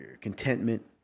contentment